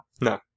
No